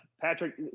Patrick